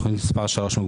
תוכנית מספר 2: